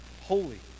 holy